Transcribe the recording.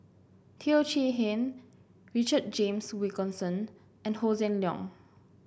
Teo Chee Hean Richard James Wilkinson and Hossan Leong